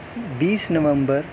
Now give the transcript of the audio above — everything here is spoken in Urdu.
بیس نومبر